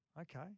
Okay